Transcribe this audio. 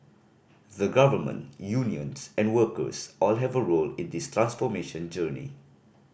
the Government Unions and workers all have a role in this transformation journey